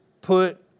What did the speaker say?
put